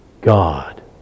God